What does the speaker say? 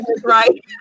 right